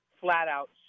flat-out